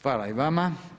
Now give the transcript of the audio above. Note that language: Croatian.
Hvala i vama.